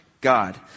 God